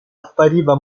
appariva